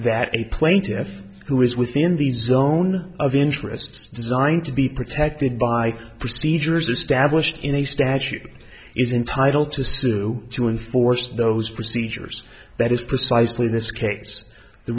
that a plaintiffs who is within the zone of interests designed to be protected by procedures established in a statute is entitled to sue to enforce those procedures that is precisely in this case the